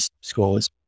scores